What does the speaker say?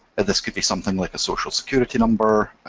and this could be something like a social security number,